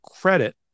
credit